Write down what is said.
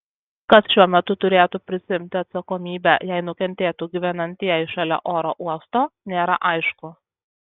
kas šiuo metu turėtų prisiimti atsakomybę jei nukentėtų gyvenantieji šalia oro uosto nėra aišku